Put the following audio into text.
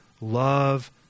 Love